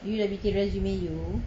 you dah bikin resume you